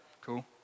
Cool